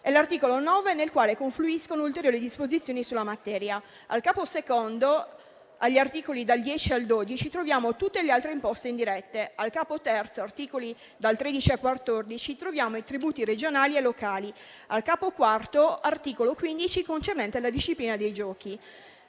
e l'articolo 9 nel quale confluiscono ulteriori disposizioni sulla materia. Al capo II, agli articoli dal 10 al 12, troviamo tutte le altre imposte indirette. Al capo III, articoli dal 13 al 14, troviamo i tributi regionali e locali. Al capo IV troviamo l'articolo 15 concernente la disciplina dei giochi.